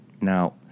Now